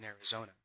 Arizona